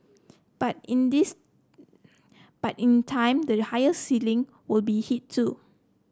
but in this but in time the higher ceiling will be hit too